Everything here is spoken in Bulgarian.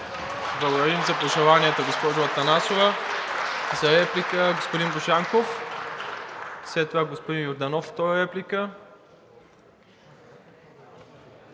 Благодарим за пожеланията, госпожо Атанасова. За реплика – господин Божанков. След това господин Йорданов – втора реплика.